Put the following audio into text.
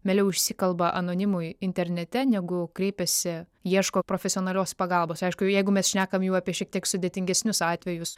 mieliau išsikalba anonimui internete negu kreipiasi ieško profesionalios pagalbos aišku jeigu mes šnekam jau apie šiek tiek sudėtingesnius atvejus